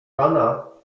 pana